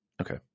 okay